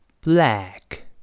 black